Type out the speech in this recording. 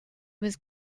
was